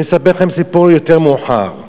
אספר לכם סיפור יותר מאוחר.